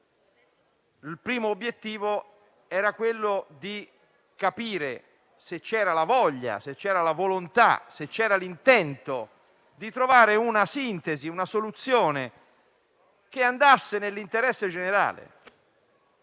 Il primo obiettivo era quello di capire se c'era la volontà, se c'era l'intento di trovare una sintesi, una soluzione che andasse nell'interesse generale.